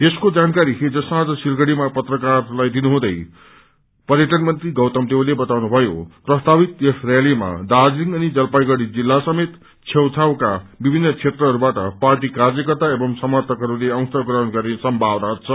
यसको जानकारी हिज साँझ सिलगढ़ीमा पत्रकारहरूलाई दिनु हुँदै पर्यटन मंत्री गौतम देवले बताउनुभयो प्रस्तावित यस र्यालीमा दार्जीलिङ अनि जलपाईगड़ी जिल्ल समेत छेउ छाउका विभिन क्षेत्रहरूबाट पार्टी कायकर्ता एंव समर्थकहरूले अंश ग्रहण गर्ने सम्भावना छ